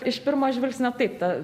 iš pirmo žvilgsnio taip ta